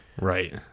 Right